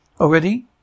Already